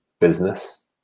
business